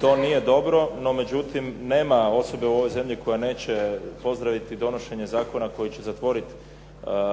To nije dobro, no međutim nema osobe u ovoj zemlji koja neće pozdraviti donošenje zakona koji će zatvorit